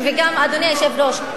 וגם אדוני היושב-ראש,